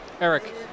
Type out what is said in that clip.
Eric